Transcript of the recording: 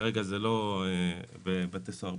כרגע זה לא בבתי סוהר ביטחוניים.